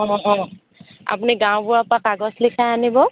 অঁ অঁ আপুনি গাঁওবুঢ়াৰ পৰা কাগজ লিখাই আনিব